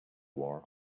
war